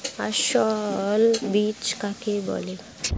অসস্যল বীজ কাকে বলে?